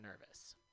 nervous